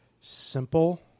simple